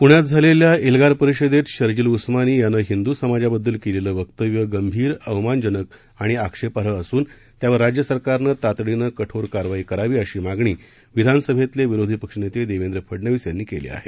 पुण्यात झालेल्या एल्गार परिषदेत शरजील उस्मानी यानं हिंदू समाजाबद्दल केलेलं वक्तव्य गंभीर अवमानजनक आणि आक्षेपार्ह असून त्यावर राज्य सरकारनं तातडीनं कठोर कारवाई करावी अशी मागणी विधानसभेतले विरोधी पक्षनेते देवेंद्र फडनवीस यांनी केली आहे